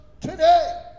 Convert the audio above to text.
today